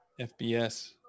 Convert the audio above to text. FBS